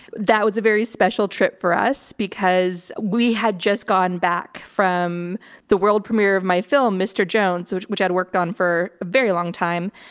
that was a very special trip for us because we had just gotten back from the world premiere of my film, mr. jones, which, which i'd worked on for a very long time.